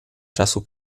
czasu